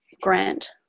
grant